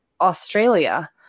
Australia